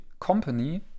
company